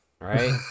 right